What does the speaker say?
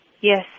yes